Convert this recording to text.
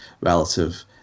relative